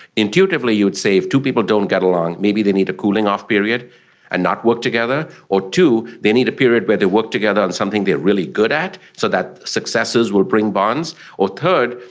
intuitively you would say if two people don't get along, maybe they need a cooling-off period and not work together. or two, they need a period where they work together on something they are really good at, so that successes will bring bonds. or third,